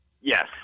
Yes